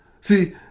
See